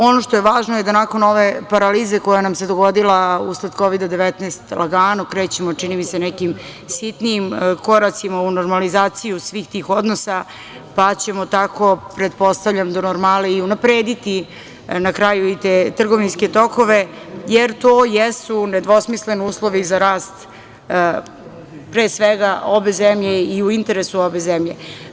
Ono što je važno je da nakon ove paralize koja nam se dogodila usled Kovida-19, lagano krećemo, čini mi se, nekim sitnijim koracima u normalizaciju svih tih odnosa, pa ćemo tako, pretpostavljam, do normale i unaprediti na kraju i te trgovinske tokove, jer to jesu nedvosmislen uslov i za rast pre svega ove zemlje i u interesu ove zemlje.